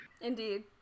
Indeed